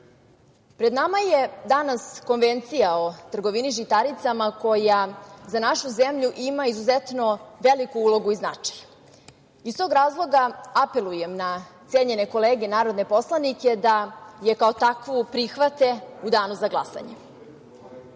pred nama je danas Konvencija o trgovini žitaricama koja za našu zemlju ima izuzetno veliku ulogu i značaj. Iz tog razloga apelujem na cenjene kolege narodne poslanike da je kao takvu prihvate u danu za glasanje. Srbija